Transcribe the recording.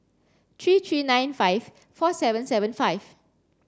three three nine five four seven seven five